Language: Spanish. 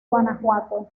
guanajuato